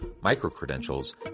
micro-credentials